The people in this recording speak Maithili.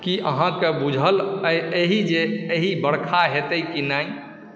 की अहाँकेॅं बुझल एहि जे आइ बरखा हेते की नाई